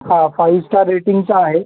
हा five star रेटिंगचा आहे